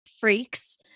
freaks